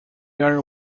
are